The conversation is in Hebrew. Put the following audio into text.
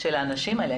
של האנשים האלה.